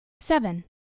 Seven